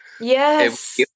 Yes